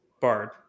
bard